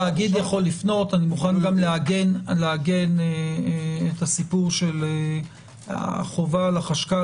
אני מוכן לעגן את הסיפור של החובה על החשכ"ל